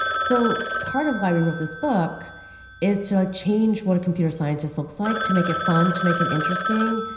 so part of why we wrote this book is to like change what a computer scientist looks like, to make it fun, to make it interesting.